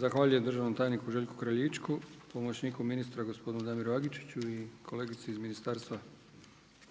Zahvaljujem državnom tajniku Željku Kraljičku, pomoćniku ministra gospodinu Damiru Agičiću i kolegici iz Ministarstva